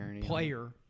player